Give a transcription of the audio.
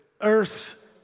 earth